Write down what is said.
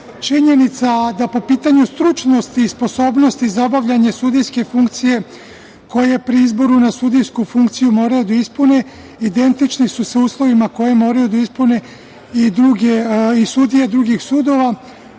znanje. Činjenica da po pitanju stručnosti i sposobnosti za obavljanje sudijske funkcije koje pri izboru na sudijsku funkciju moraju da ispune identični su sa uslovima koje moraju da ispune i sudije drugih sudova,